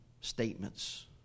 Statements